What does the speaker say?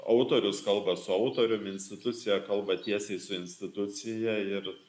autorius kalba su autorium institucija kalba tiesiai su institucija ir